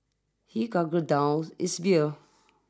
he gulped down his beer